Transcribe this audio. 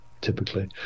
typically